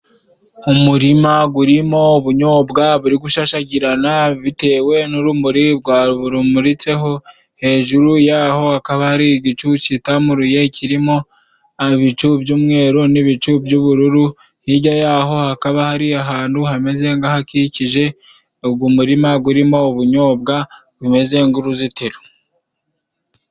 Umurima gurimo ubunyobwa buri gushashagirana bitewe n'urumuri rwabumutseho. Hejuru yaho hakaba hari igicu kitamuruye, kirimo ibicu by'umweru n'ibicu by'ubururu. Hirya y'aho hakaba hari ahantu hameze nk'ahakikije ugo murima gurimo ubunyobwa bimeze nk'uruzitiro.